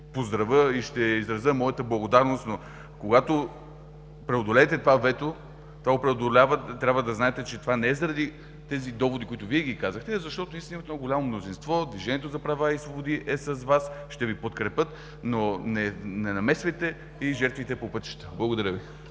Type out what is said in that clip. поздравя и ще изразя моята благодарност. Но когато преодолеете това вето, трябва да знаете, че това не е заради тези доводи, които казахте, а защото Вие си имате едно много голямо мнозинство – „Движението за права и свободи” е с Вас, ще Ви подкрепят, но не намесвайте и жертвите по пътищата. Благодаря Ви.